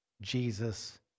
Jesus